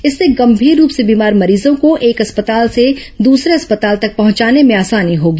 इससे गंभीर रूप से बीमार मरीजों को एक अस्पताल से दूसरे अस्पताल तक पहुंचाने में आसानी होगी